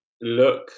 look